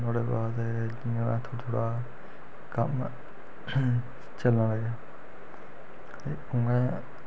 नुहाड़े बाद जियां थोह्ड़ा थोह्ड़ा कम्म चलना लग्गेआ ते में